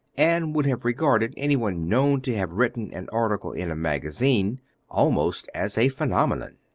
and would have regarded any one known to have written an article in a magazine almost as a phenomenon.